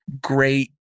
great